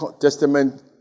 Testament